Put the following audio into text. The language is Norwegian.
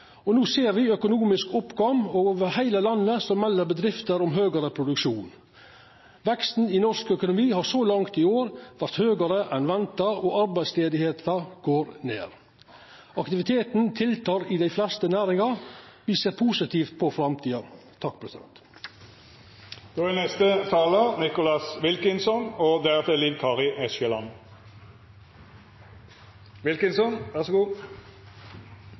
styring. No ser me økonomisk oppgang, og over heile landet melder bedrifter om høgare produksjon. Veksten i norsk økonomi har så langt i år vore høgare enn venta, og arbeidsløysa går ned. Aktiviteten aukar i dei fleste næringar. Vi ser positivt på framtida. Forskjellene i makt og